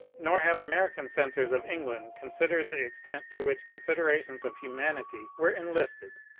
nor have american censors of england considered the extent to which considerations of humanity were enlisted.